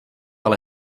ale